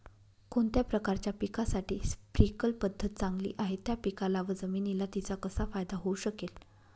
कोणत्या प्रकारच्या पिकासाठी स्प्रिंकल पद्धत चांगली आहे? त्या पिकाला व जमिनीला तिचा कसा फायदा होऊ शकेल?